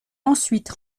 ensuite